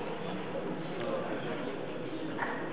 גם אנשי מעשה וביצוע ומנ"כלים מצוינים ואנשי ארגון,